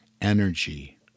energy